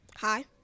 Hi